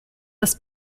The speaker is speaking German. das